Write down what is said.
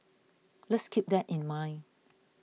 let's keep that in mind